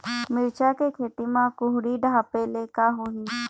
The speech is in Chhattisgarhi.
मिरचा के खेती म कुहड़ी ढापे ले का होही?